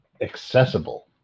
accessible